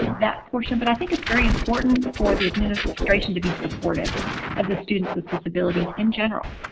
that portion, but i think it's very important for the administration to be supportive of the students with disabilities in general.